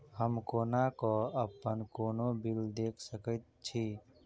हम कोना कऽ अप्पन कोनो बिल देख सकैत छी?